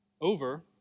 over